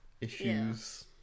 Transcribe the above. issues